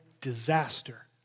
disaster